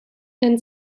then